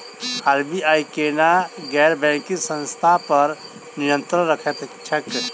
RBI केना गैर banking संस्था पर नियत्रंण राखैत छैक?